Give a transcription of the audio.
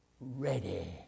ready